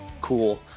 Cool